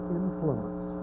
influence